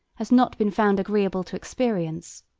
has not been found agreeable to experience.